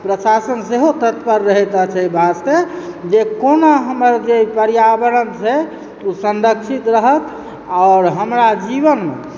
प्रशासन सेहो तत्पर रहैत अछि एहि बास्ते जे कोना हमर जे पर्यावरण छै ओ संरक्षित रहत आओर हमरा जीवनमऽ